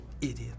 Idiot